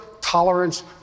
tolerance